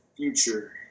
future